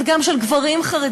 אבל גם של גברים חרדים,